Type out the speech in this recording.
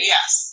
Yes